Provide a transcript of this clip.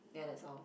ya that's all